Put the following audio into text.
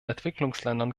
entwicklungsländern